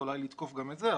ואולי לתקוף גם את זה,